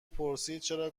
پرسیدچرا